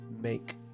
make